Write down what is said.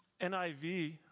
NIV